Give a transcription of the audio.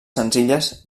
senzilles